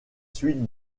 suites